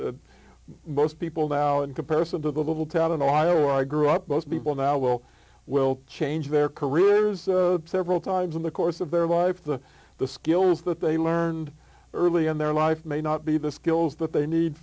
mean most people now in comparison to the little town in ohio where i grew up most people now will well change their careers several times in the course of their wife the the skills that they learned early in their life may not be the skills that they need